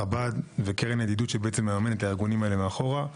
חב"ד וקרן הידידות שמממנת את הארגונים האלה מאחורה,